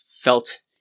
felt